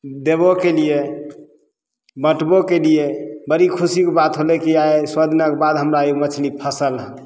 देबो केलियै बँटबो केलियै बड़ी खुशीके बात होलय कि आइ सओ दिनाके बाद बाद हमरा ई मछली फसल हँ